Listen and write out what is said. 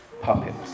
puppets